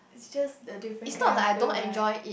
just the different kind of feel right